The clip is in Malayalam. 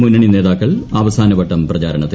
മുന്നണി നേതാക്കൾ അവസാനഘട്ട പ്രചാരണത്തിൽ